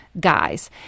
guys